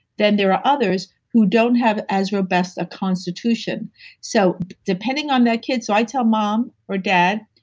then there are others who don't have as robust of constitution so, depending on that kid so i tell mom or dad,